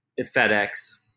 FedEx